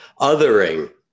othering